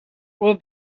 will